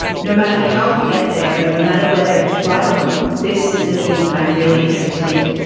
no matter how you get there and no matter whether it's right or wrong, this is the thing that i'm really interested in,